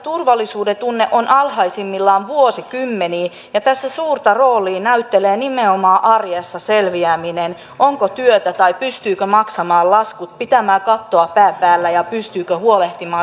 suomalaisten turvallisuudentunne on alhaisimmillaan vuosikymmeniin ja tässä suurta roolia näyttelee nimenomaan arjessa selviäminen onko työtä tai pystyykö maksamaan laskut pitämään kattoa pään päällä ja pystyykö huolehtimaan terveydestä